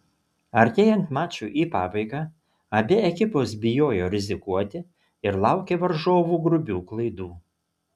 artėjant mačui į pabaigą abi ekipos bijojo rizikuoti ir laukė varžovų grubių klaidų